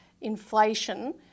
inflation